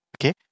Okay